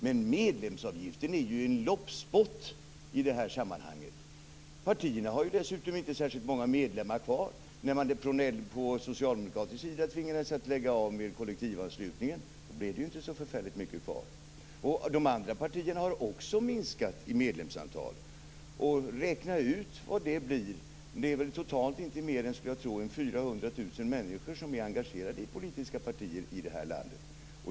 Men medlemsavgiften är ju en loppspott i sammanhanget! Partierna har dessutom inte särskilt många medlemmar kvar. När man på den socialdemokratiska sidan tvingades lägga av med kollektivanslutningen blev det inte så förfärligt många kvar. De andra partiernas medlemsantal har också minskat. Räkna ut vad det blir: Det blir totalt inte mer än 400 000 människor som är engagerade i politiska partier i landet.